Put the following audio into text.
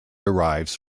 arrives